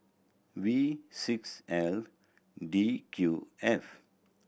V six L D Q F